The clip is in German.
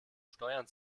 steuern